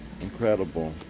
Incredible